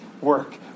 work